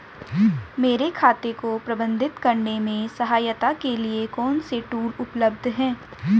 मेरे खाते को प्रबंधित करने में सहायता के लिए कौन से टूल उपलब्ध हैं?